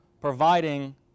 providing